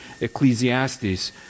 Ecclesiastes